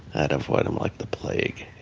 i'd avoid em like the plague,